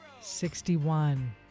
Sixty-one